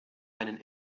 einen